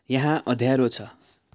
यहाँ अँध्यारो छ